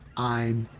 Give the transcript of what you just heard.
i'm.